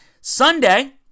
Sunday